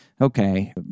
okay